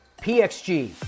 PXG